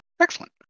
Excellent